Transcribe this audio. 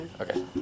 okay